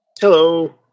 Hello